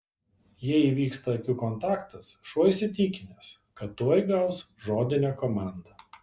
jei įvyksta akių kontaktas šuo įsitikinęs kad tuoj gaus žodinę komandą